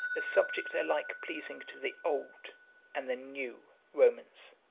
a subject alike pleasing to the old and the new romans,